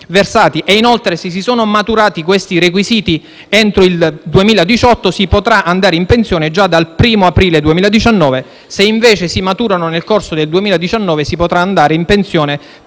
versati e inoltre, se si sono maturati questi requisiti entro il 2018, si potrà andare in pensione già dal 1º aprile 2019; se invece si matureranno nel corso del 2019, si potrà andare in pensione